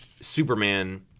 Superman